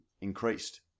increased